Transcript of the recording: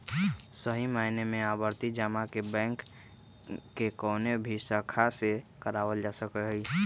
सही मायने में आवर्ती जमा के बैंक के कौनो भी शाखा से करावल जा सका हई